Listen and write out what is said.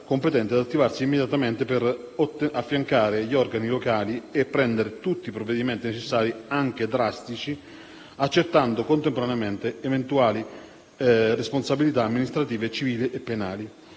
competenti ad attivarsi immediatamente per affiancare gli organi locali e adottare tutti i provvedimenti necessari, anche drastici, accertando contemporaneamente eventuali responsabilità amministrative, civili e penali.